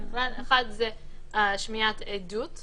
כמובן אחד זה שמיעת עדות,